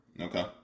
Okay